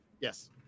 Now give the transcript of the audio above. Yes